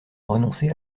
renoncer